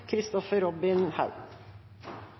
Kristoffer Robin Haug